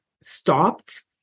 stopped